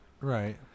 Right